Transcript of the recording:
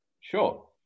Sure